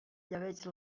llebeig